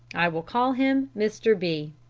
i will call him mr. b.